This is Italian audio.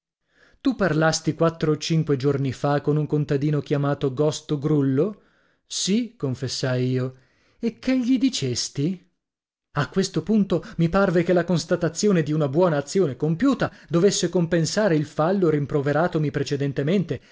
tu parlasti quattro o cinque giorni fa con un contadino chiamato gosto grullo sì confessai io e che gli dicesti a questo punto mi parve che la constatazione di una buona azione compiuta dovesse compensare il fallo rimproveratomi precedentemente